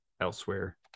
Elsewhere